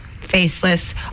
faceless